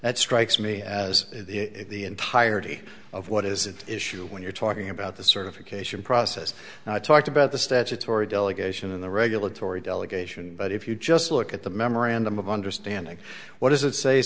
that strikes me as if the entirety of what is its issue when you're talking about the certification process and i talked about the statutory delegation in the regulatory delegation but if you just look at the memorandum of understanding what does it sa